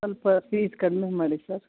ಸ್ವಲ್ಪ ಫೀಸ್ ಕಡಿಮೆ ಮಾಡಿ ಸರ್